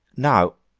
now,